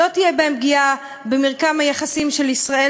לא תהיה בהם פגיעה במרקם היחסים של ישראל